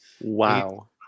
wow